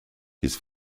his